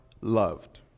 loved